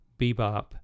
bebop